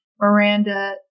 Miranda